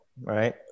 Right